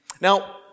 Now